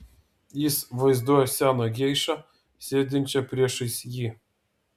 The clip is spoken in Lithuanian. jis vaizduoja seną geišą sėdinčią priešais jį